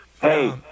Hey